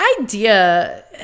idea